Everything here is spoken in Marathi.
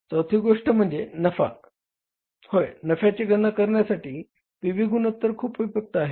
चौथी गोष्ट म्हणजे नफा होय नफ्याची गणना करण्यासाठी पी व्ही गुणोत्तर खूप उपयुक्त आहे